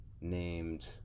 named